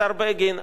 השר בגין,